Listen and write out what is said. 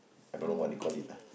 I dunno what they called it ah